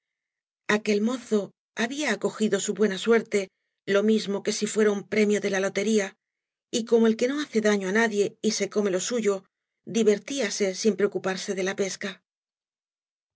aquel mozo había acogido bu buena suerte lo mismo que si fuera un premio de la lotería y como el que no haca daño á nadre y se come lo suyo divertíase sin preocuparse de la pesca